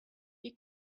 wir